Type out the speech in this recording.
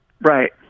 Right